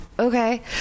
okay